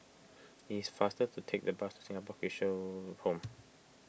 it is faster to take the bus Singapore Home